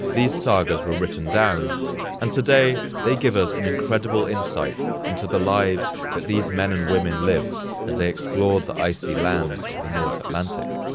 these sagas were written down and today they give us an incredible insight into the lives that these men and women lived as they explored the icy lands of the north atlantic.